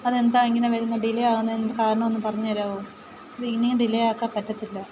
അതെന്താണ് ഇങ്ങനെ വരുന്നത് ഡിലെ ആകുന്നതിൻ്റെ കാരണം ഒന്ന് പറഞ്ഞു തരാവോ ഇനിയും ഡിലെ ആക്കാൻ പറ്റത്തില്ല